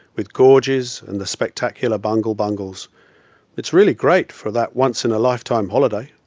with gorges and the spectacular bungle bungles it's really great for that once in a life time holiday.